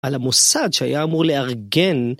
על המוסד שהיה אמור לארגן.